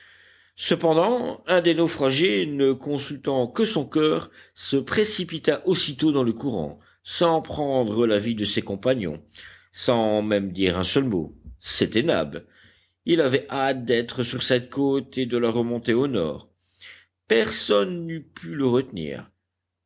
cependant un des naufragés ne consultant que son coeur se précipita aussitôt dans le courant sans prendre l'avis de ses compagnons sans même dire un seul mot c'était nab il avait hâte d'être sur cette côte et de la remonter au nord personne n'eût pu le retenir